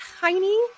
tiny